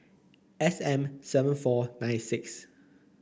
S M seven four nine six